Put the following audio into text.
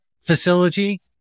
facility